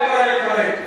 זה גם קורה לפעמים.